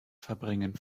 verbringen